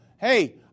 Hey